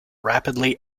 rapidly